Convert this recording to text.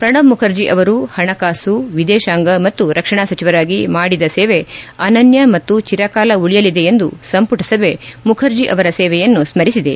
ಪ್ರಣಬ್ ಮುಖರ್ಜಿ ಅವರು ಹಣಕಾಸು ವಿದೇಶಾಂಗ ಮತ್ತು ರಕ್ಷಣಾ ಸಚಿವರಾಗಿ ಮಾಡಿದ ಸೇವೆ ಅನನ್ಯ ಮತ್ತು ಚಿರಕಾಲ ಉಳಿಯಲಿದೆ ಎಂದು ಸಂಪುಟ ಸಭೆ ಮುಖರ್ಜಿ ಅವರ ಸೇವೆಯನ್ನು ಸ್ಮರಿಸಿದೆ